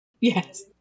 Yes